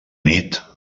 nit